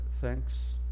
thanks